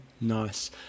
Nice